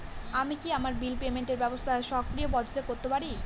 আমি কি আমার বিল পেমেন্টের ব্যবস্থা স্বকীয় পদ্ধতিতে করতে পারি?